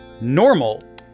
Normal